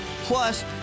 Plus